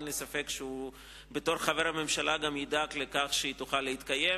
אין לי ספק שבתור חבר הממשלה הוא גם ידאג לכך שהיא תוכל להתקיים.